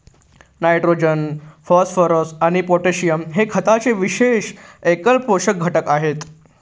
nitrogen, phosphorus आणि potassium हे खताचे विशेष एकल पोषक घटक आहेत